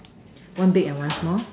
one big and one small